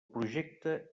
projecta